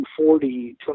240